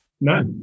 No